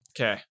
okay